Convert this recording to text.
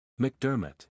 McDermott